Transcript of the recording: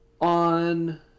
on